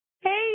Hey